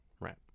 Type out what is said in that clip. Right